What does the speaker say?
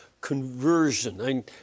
conversion